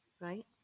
Right